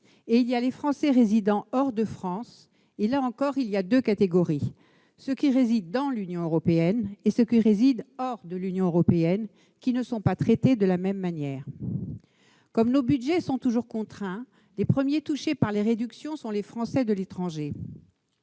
et il y a les Français résidant hors de France. Là encore, il y a deux catégories : ceux qui résident au sein de l'Union européenne et les autres, qui ne sont pas traités de la même manière. Comme nos budgets sont toujours contraints, les premiers touchés par les réductions de crédits sont les Français de l'étranger.